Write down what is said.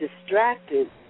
Distracted